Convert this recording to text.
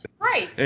Right